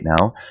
now